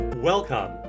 Welcome